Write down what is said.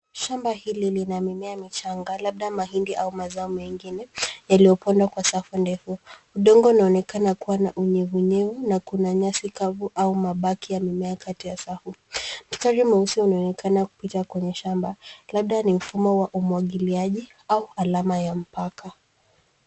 Shamba hili lina mimea michanga labda mahindi au mazao mengine yaliyopandwa kwa safu ndefu. Udongo unaonekana kuwa na unyevunyevu na kuna nyasi kavu au mabaki ya mimea kati ya safu. Mstari mweusi unaonekana kupita kwenye shamba labda ni mfumo wa umwagiliaji au alama ya mpaka.